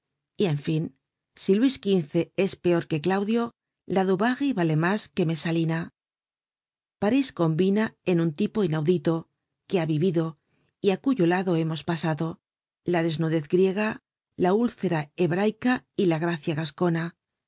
y en fin si luis xv es peor que claudio la dubarry vale mas que mesalina parís combina en un tipo inaudito que ha vivido y á cuyo lado hemos pasado la desnudez griega la úlcera hebraica y la gracia